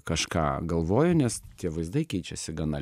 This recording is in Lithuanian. kažką galvoju nes tie vaizdai keičiasi gana